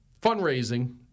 fundraising